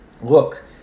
Look